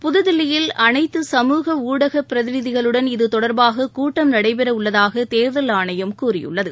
புதுதில்லியில் அனைத்து சமூக ஊடக பிரதிநிதிகளுடன் இதுதொடர்பாக கூட்டம் நடைபெற உள்ளதாக தேர்தல் ஆணையம் கூறியுள்ளது